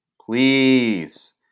Please